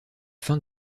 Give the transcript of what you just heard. fin